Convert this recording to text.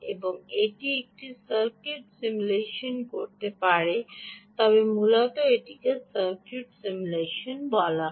যদি এটি একটি সার্কিট সিমুলেশন করতে পারে তবে মূলত এটিকে সার্কিট সিমুলেশন বলা হয়